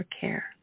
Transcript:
Care